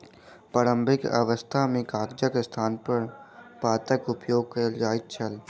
प्रारंभिक अवस्था मे कागजक स्थानपर पातक उपयोग कयल जाइत छल